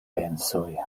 pensoj